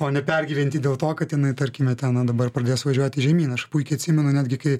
o nepergyventi dėl to kad jinai tarkime ten na dabar pradės važiuoti žemyn aš puikiai atsimenu netgi kai